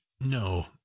no